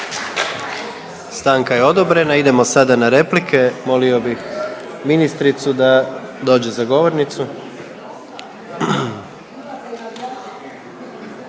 Stanka je odobrena. Idemo sada na replike. Molio bih ministricu da dođe za govornicu.